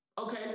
Okay